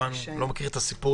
אני לא מכיר את הסיפור